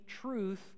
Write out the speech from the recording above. truth